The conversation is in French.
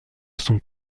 sont